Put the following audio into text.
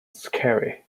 scary